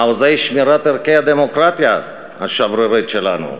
מעוזי שמירת ערכי הדמוקרטיה השברירית שלנו: